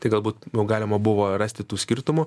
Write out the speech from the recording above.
tai galbūt galima buvo rasti tų skirtumų